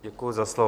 Děkuji za slovo.